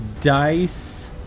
dice